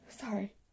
sorry